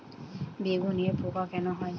বেগুনে পোকা কেন হয়?